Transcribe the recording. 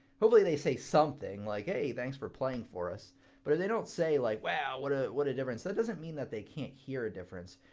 hopefully they say something like, hey, thanks for playing for us. if but they don't say like, wow, what ah what a difference! that doesn't mean that they can't hear a difference,